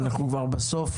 אנחנו כבר בסוף,